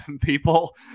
People